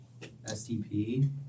STP